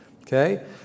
Okay